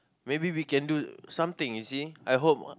maybe we can do something you see I hope